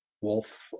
wolf